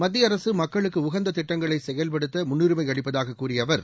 மத்திய அரசு மக்களுக்கு உகந்த திட்டங்களை செயல்படுத்த முன்னுரிமை அளிப்பதாக கூறிய அவர்